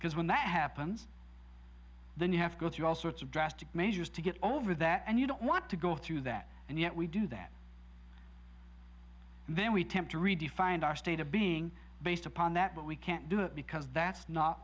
because when that happens then you have to go through all sorts of drastic measures to get over that and you don't want to go through that and yet we do that and then we tend to redefined our state of being based upon that but we can't do that because that's not